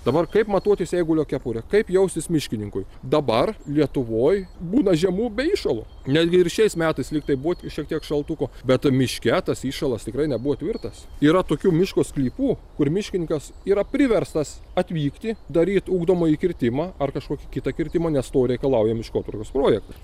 dabar kaip matuotis eigulio kepurę kaip jaustis miškininkui dabar lietuvoj būna žemu be įšalų netgi ir šiais metais lygtai buvo tik šiek tiek šaltuko bet miške tas įšalas tikrai nebuvo tvirtas yra tokių miško sklypų kur miškininkas yra priverstas atvykti daryt ugdomąjį kirtimą ar kažkokį kitą kirtimą nes to reikalauja miškotvarkos projektas